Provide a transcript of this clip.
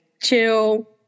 chill